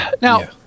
now